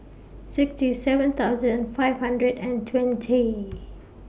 sixty seven thousand five hundred and twenty